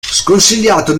sconsigliato